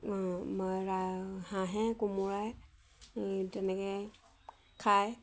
মই ৰা হাঁহে কোমোৰাই তেনেকৈ খাই